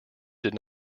did